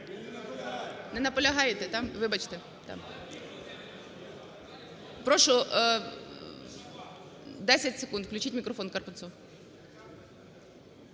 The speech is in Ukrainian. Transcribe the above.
Не наполягаєте, вибачте. Прошу 10 секунд включіть мікрофон Карпунцову.